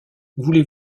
voulez